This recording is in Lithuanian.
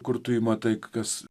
kur tu jį matai kas